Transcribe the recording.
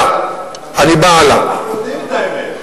אני בא הלאה,